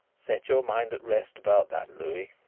set your mind at rest about that, louis,